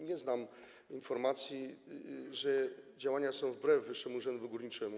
Nie znam informacji, że działania są wbrew Wyższemu Urzędowi Górniczemu.